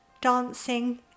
dancing